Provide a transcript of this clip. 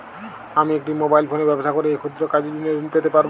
আমি একটি মোবাইল ফোনে ব্যবসা করি এই ক্ষুদ্র কাজের জন্য ঋণ পেতে পারব?